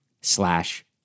slash